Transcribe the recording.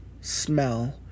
smell